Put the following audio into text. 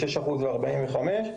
6.45%,